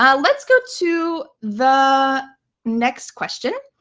um let's go to the next question.